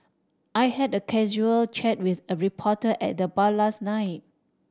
I had a casual chat with a reporter at the bar last night